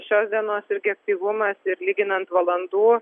šios dienos irgi aktyvumas ir lyginant valandų